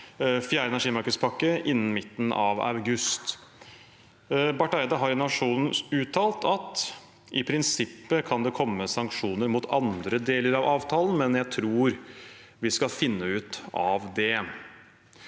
fjerde energimarkedspakke innen midten av august. Barth Eide har til Nationen uttalt: «I prinsippet kan det komme sanksjoner mot andre deler av avtalen, men jeg tror vi skal finne ut av det.»